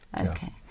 Okay